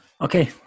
Okay